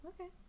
Okay